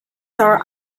are